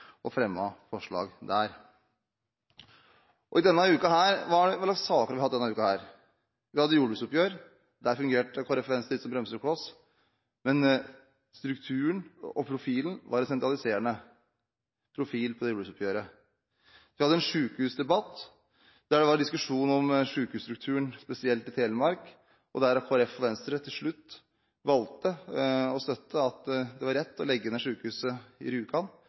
og fremme forslag der. Hva slags saker har vi hatt denne uken? Vi har hatt jordbruksoppgjør. Der fungerte Kristelig Folkeparti og Venstre litt som bremsekloss, men strukturen og profilen på jordbruksoppgjøret var sentraliserende. Vi har hatt en sykehusdebatt, der det var diskusjon om sykehusstrukturen, spesielt i Telemark, og der Kristelig Folkeparti og Venstre til slutt valgte å støtte at det er rett å legge ned sykehuset på Rjukan. Heldigvis ble også lokallaget av Fremskrittspartiet lagt ned i